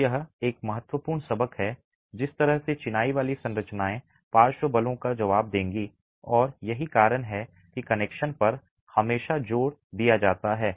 तो यह एक महत्वपूर्ण सबक है जिस तरह से चिनाई वाली संरचनाएं पार्श्व बलों का जवाब देंगी और यही कारण है कि कनेक्शन पर हमेशा जोर दिया जाता है